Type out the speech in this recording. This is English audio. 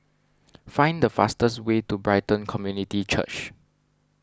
find the fastest way to Brighton Community Church